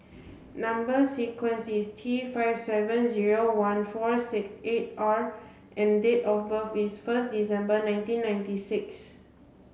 number sequence is T five seven zero one four six eight R and date of birth is first December nineteen ninety six